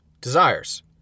desires